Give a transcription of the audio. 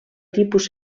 tipus